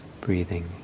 breathing